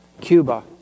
Cuba